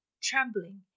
trembling